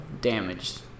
damaged